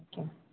okay